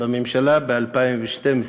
בממשלה ב-2012.